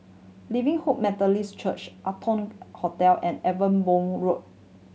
Living Hope Methodist Church Arton Hotel and Ewe Boon Road